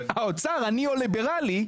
האוצר הניאו-ליברלי,